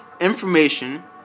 Information